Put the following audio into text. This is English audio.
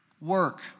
work